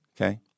Okay